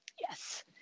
yes